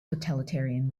totalitarian